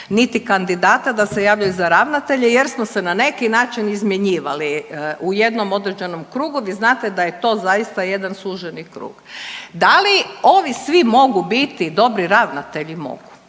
niti kandidata da se javljaju za ravnatelje, jer smo se na neki način izmjenjivali u jednom određenom krugu. Vi znate da je to zaista jedan suženi krug. Da li ovi svi mogu biti dobri ravnatelji? Mogu,